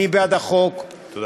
אני בעד החוק, תודה.